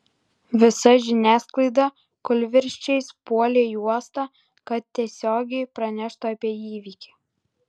visa žiniasklaida kūlvirsčiais puolė į uostą kad tiesiogiai praneštų apie įvykį